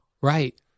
Right